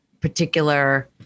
particular